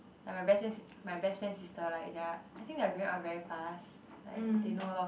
like my best friend my best friend sister like they are I think they are growing up very fast like they know a lot